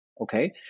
Okay